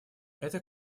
это